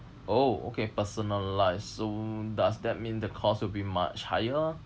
oh okay personalised so does that mean the cost will be much higher